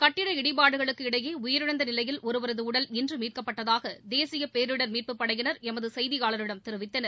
கட்டிட இடிபாடுக்களுக்கு இடையே உயிரிழந்த நிலையில் ஒருவரது உடல் இன்று மீட்கப்பட்டதாக தேசிய பேரிடர் மீட்புப்படையினர் எமது செய்தியாளரிடம் தெரிவித்தனர்